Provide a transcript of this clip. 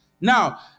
now